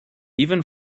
even